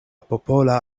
popola